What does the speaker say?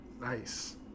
nice